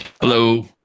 Hello